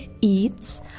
eats